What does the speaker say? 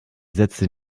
sätze